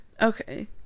Okay